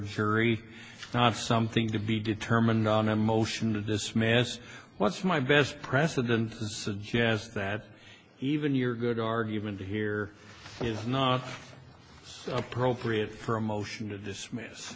jury not something to be determined on a motion to dismiss what's my best precedent to suggest that even your good argument here is not appropriate for a motion to dismiss